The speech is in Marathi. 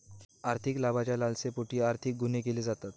आर्थिक लाभाच्या लालसेपोटी आर्थिक गुन्हे केले जातात